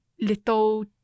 little